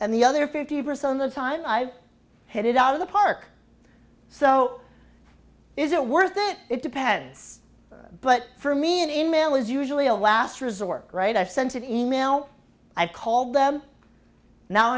and the other fifty percent of the time i've had it out of the park so is it worth it it depends but for me it in mail is usually a last resort right i've sent an e mail i call them now